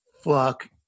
fuck